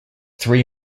three